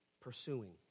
pursuing